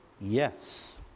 yes